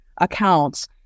accounts